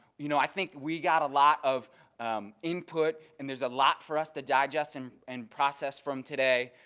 you know, i think we got a lot of input and there is a lot for us to digest and and process from today,